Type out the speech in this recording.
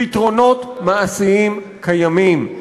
פתרונות מעשיים קיימים.